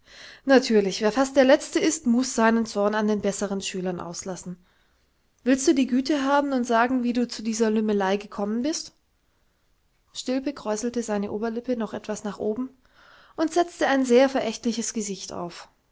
natürlich wer fast der letzte ist muß seinen zorn an den besseren schülern auslassen willst du die güte haben und sagen wie du zu dieser lümmelei gekommen bist stilpe kräuselte seine oberlippe noch etwas nach oben und setzte ein sehr verächtliches gesicht auf